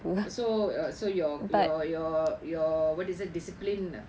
so uh so your your your your what is it discipline